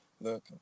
Look